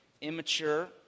immature